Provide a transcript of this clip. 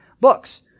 books